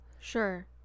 Sure